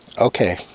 Okay